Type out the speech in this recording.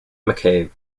mccabe